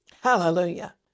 Hallelujah